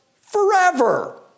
forever